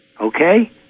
okay